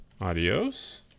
adios